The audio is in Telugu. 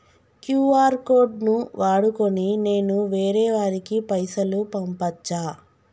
క్యూ.ఆర్ కోడ్ ను వాడుకొని నేను వేరే వారికి పైసలు పంపచ్చా?